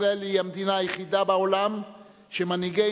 ישראל היא המדינה היחידה בעולם שמנהיגי